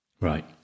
right